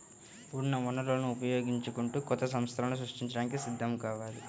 ఉన్న వనరులను ఉపయోగించుకుంటూ కొత్త సంస్థలను సృష్టించడానికి సిద్ధం కావాలి